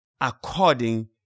according